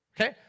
Okay